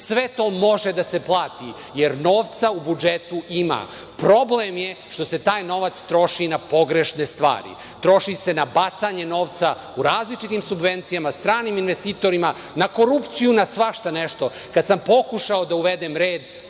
sve to može da se plati, jer novca u budžetu ima. Problem je što se taj novac troši na pogrešne stvari. Troši se na bacanje novca, u različitim subvencijama, stranim investitorima, na korupciju, na svašta nešto. Kada sam pokušao da uvedem red,